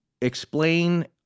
explain